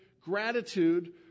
gratitude